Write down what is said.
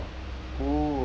这样子咯